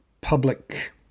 public